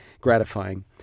gratifying